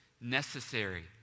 necessary